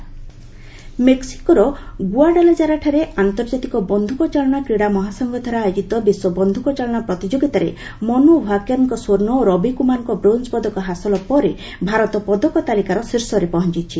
scooting ମେକିକୋର ଗ୍ରଆଡାଲାଜାରାଠାରେ ଆନ୍ତର୍ଜାତିକ ବନ୍ଧ୍ରକ ଚାଳନା କ୍ରୀଡ଼ା ମହାସଂଘଦ୍ୱାରା ଆୟୋଜିତ ବିଶ୍ୱ ବନ୍ଧୁକ ଚାଳନା ପ୍ରତିଯୋଗିତାରେ ମନ୍ତୁ ଭାକେର୍ଙ୍କ ସ୍ୱର୍ଷ ଓ ରବି କୁମାରଙ୍କ ବ୍ରୋଞ୍ଜ୍ ପଦକ ହାସଲ ପରେ ଭାରତ ପଦକ ତାଲିକାର ଶୀର୍ଷରେ ପହଞ୍ଚୁଛି